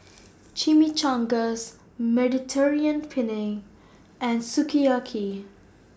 Chimichangas Mediterranean Penne and Sukiyaki